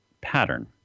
pattern